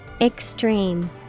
Extreme